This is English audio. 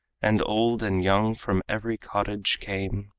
and old and young from every cottage came.